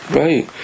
right